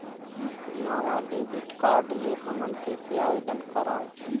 नवा debit card ले हमन कइसे आवेदन करंव?